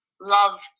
Love